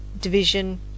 division